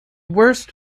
worst